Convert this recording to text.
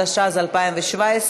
התשע"ז 2017,